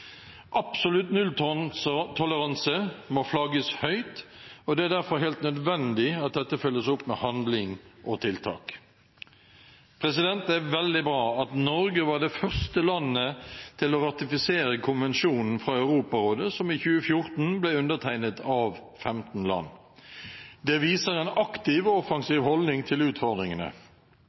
Absolutt nulltoleranse må flagges høyt, og det er derfor helt nødvendig at dette følges opp med handling og tiltak. Det er veldig bra at Norge var det første landet til å ratifisere konvensjonen fra Europarådet som i 2014 ble undertegnet av 15 land. Det viser en aktiv og offensiv holdning til utfordringene.